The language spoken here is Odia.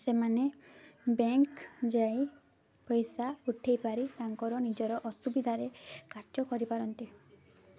ସେମାନେ ବ୍ୟାଙ୍କ୍ ଯାଇ ପଇସା ଉଠେଇ ପାରି ତାଙ୍କର ନିଜର ଅସୁବିଧାରେ କାର୍ଯ୍ୟ କରିପାରନ୍ତି